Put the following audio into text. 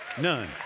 None